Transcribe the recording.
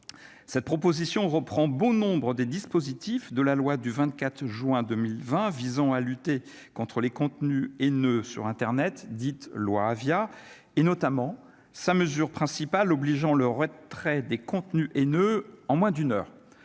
cette proposition reprend bon nombre des dispositifs de la loi du 24 juin 2020, visant à lutter contre les contenus et ne sur Internet, dite loi Avia et notamment sa mesure principale, obligeant le retrait des contenus et ne en moins d'une heure,